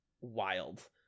wild